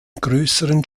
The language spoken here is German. größeren